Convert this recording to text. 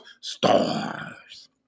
stars